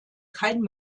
kein